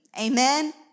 Amen